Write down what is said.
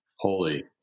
holy